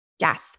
Yes